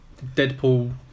Deadpool